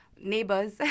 neighbors